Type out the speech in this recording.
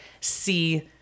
see